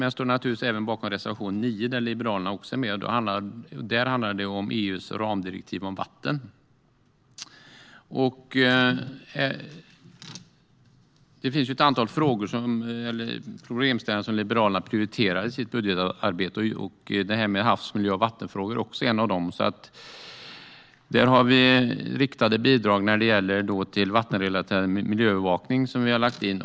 Men jag står naturligtvis även bakom reservation 9, där Liberalerna är med. Den handlar om EU:s ramdirektiv för vatten. Det finns ett antal problemställningar som Liberalerna prioriterar i sitt budgetarbete. Havsmiljö och vattenfrågor hör till dem. Vi har riktade bidrag till vattenrelaterad miljöövervakning som vi har lagt in.